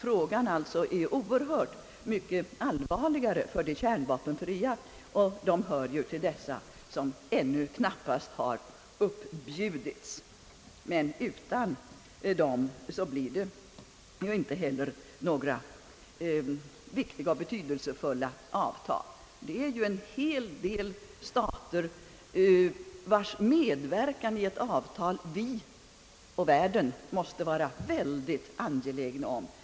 Frågan är sålunda mycket allvarligare för de kärnvapenfria. Men utan dem kommer inte heller några viktiga och betydelsefulla avtal till stånd. Det finns ju en hel del stater, vilkas medverkan i ett avtal världen och vi måste vara mycket angelägna om.